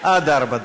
עד ארבע דקות.